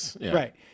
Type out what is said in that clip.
right